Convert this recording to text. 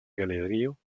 galerio